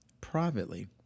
privately